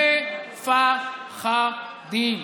מ-פ-ח-דים.